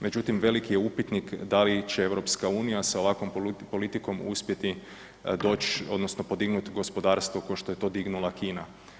Međutim, veliki je upitnik da li će EU sa ovakvom politikom uspjeti doći, odnosno podignuti gospodarstvo kao što je to dignula Kina.